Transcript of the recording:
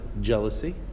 jealousy